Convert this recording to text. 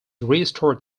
restored